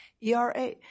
ERA